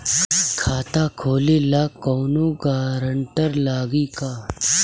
खाता खोले ला कौनो ग्रांटर लागी का?